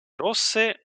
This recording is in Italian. rosse